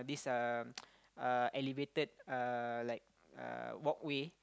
this um elevated uh like uh walkway